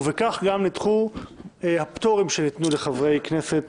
ובכך גם נדחו הפטורים שניתנו לחברי הכנסת